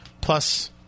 Plus